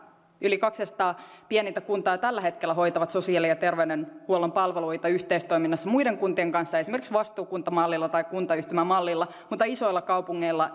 yli kaksisataa pienintä kuntaa jo tällä hetkellä hoitaa sosiaali ja terveydenhuollon palveluita yhteistoiminnassa muiden kuntien kanssa esimerkiksi vastuukuntamallilla tai kuntayhtymämallilla mutta isoilla kaupungeilla